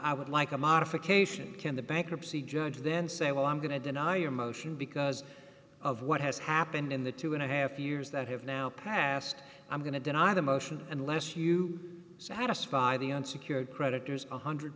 i would like a modification can the bankruptcy judge then say well i'm going to deny your motion because of what has happened in the two and a half years that have now passed i'm going to deny the motion unless you satisfy the unsecured creditors one hundred